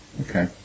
okay